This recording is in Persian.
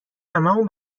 هممون